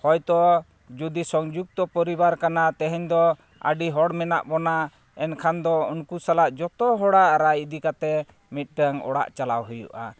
ᱦᱳᱭᱛᱚ ᱡᱩᱫᱤ ᱥᱚᱝᱡᱩᱠᱛᱚ ᱯᱚᱨᱤᱵᱟᱨ ᱠᱟᱱᱟ ᱛᱮᱦᱮᱧ ᱫᱚ ᱟᱹᱰᱤ ᱦᱚᱲ ᱢᱮᱱᱟᱜ ᱵᱚᱱᱟ ᱮᱱᱠᱷᱟᱱ ᱫᱚ ᱩᱱᱠᱩ ᱥᱟᱞᱟᱜ ᱡᱚᱛᱚ ᱦᱚᱲᱟᱜ ᱨᱟᱭ ᱤᱫᱤ ᱠᱟᱛᱮ ᱢᱤᱫᱴᱟᱹᱝ ᱚᱲᱟᱜ ᱪᱟᱞᱟᱜ ᱦᱩᱭᱩᱜᱼᱟ